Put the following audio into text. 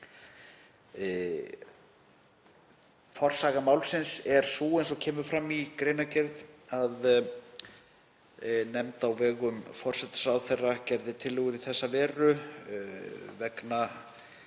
Forsaga málsins er sú, eins og kemur fram í greinargerð, að nefnd á vegum forsætisráðherra gerði tillögur í þessa veru, nefnd